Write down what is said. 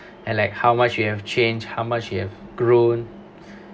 and like how much you have changed how much you have grown